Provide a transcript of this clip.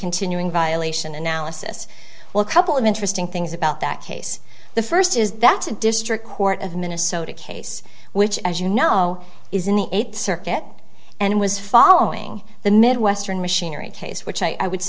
continuing violation analysis well a couple of interesting things about that case the first is that a district court of minnesota case which as you know is in the eighth circuit and was following the midwestern machinery case which i would